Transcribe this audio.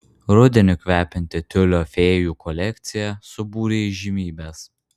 rudeniu kvepianti tiulio fėjų kolekcija subūrė įžymybes